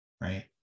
right